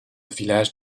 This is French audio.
village